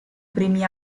primi